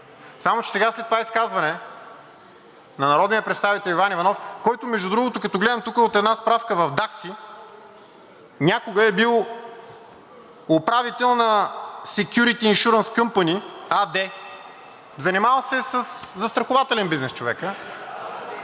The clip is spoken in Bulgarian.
Само че сега след това изказване на народния представител Иван Иванов, който, между другото, като гледам тук от една справка в ДАКСИ някога е бил управител на „Секюрити иншурънс къмпани“ АД. Занимавал се е със застрахователен бизнес човекът,